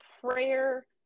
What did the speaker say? prayer